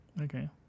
Okay